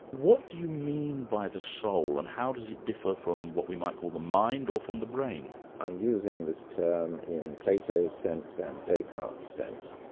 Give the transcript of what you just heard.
what do you mean by the soul, and how does it differ from what we might call the mind or from the brain? i'm using this term in plato's sense and descartes' sense.